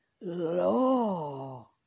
Law